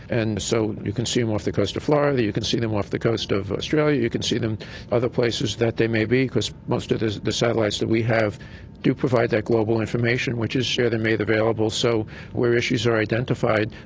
and so you can see them off the coast of florida, you can see them off the coast of australia, you can see them other places that they may be, because most of the the satellites that we have do provide that global information which is shared and made available. so where issues are identified,